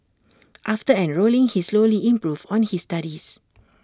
after enrolling he slowly improved on his studies